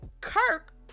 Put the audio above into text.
Kirk